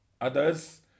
others